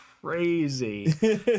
crazy